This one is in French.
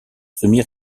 semi